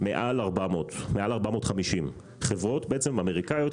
מעל 450. בעצם חברות אמריקאיות,